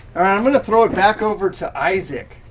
i'm going to throw it back over to isaac.